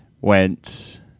went